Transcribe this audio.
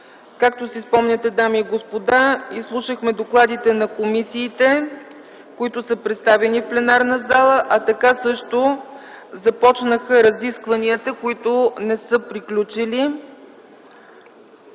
Както си спомняте, дами и господа, изслушахме докладите на комисиите, които бяха представени в пленарната зала, а така също започнаха и разискванията, които не са приключили.